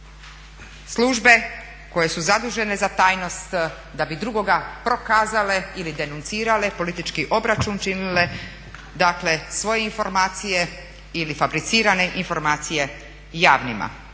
službe koje su zadužene za tajnost da bi drugoga prokazale ili denuncirale, politički obračun činile dakle svoje informacije ili fabricirane informacije javnima.